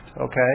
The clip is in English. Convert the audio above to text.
Okay